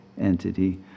entity